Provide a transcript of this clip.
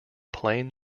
plain